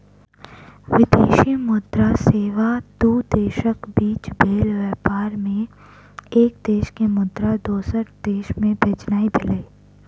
विदेशी मुद्रा सेवा दू देशक बीच भेल व्यापार मे एक देश के मुद्रा दोसर देश मे भेजनाइ भेलै